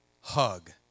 hug